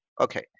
Okay